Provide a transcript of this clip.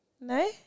No